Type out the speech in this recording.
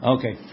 Okay